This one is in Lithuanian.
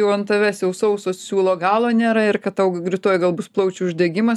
jau ant tavęs jau sauso siūlo galo nėra ir kad tau rytoj gal bus plaučių uždegimas